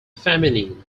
feminine